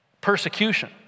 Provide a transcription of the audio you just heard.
persecution